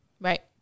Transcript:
right